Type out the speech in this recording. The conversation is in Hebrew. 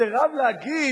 סירב, להגיד